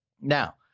Now